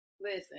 Listen